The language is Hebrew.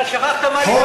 אתה שכחת מה, בבחירות?